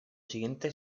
siguientes